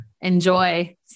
enjoy